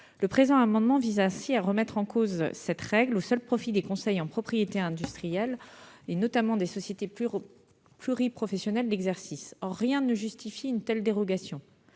Le présent amendement vise à remettre en cause cette règle au seul profit des conseils en propriété industrielle, et notamment des sociétés pluriprofessionnelles d'exercice. Or rien ne justifie une telle dérogation,